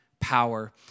power